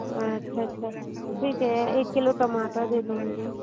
अच्छा अच्छा ठीक है एक किलो टमाटर दे दो मुझे